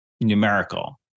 numerical